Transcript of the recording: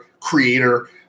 creator